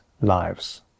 lives